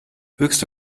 höchste